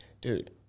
dude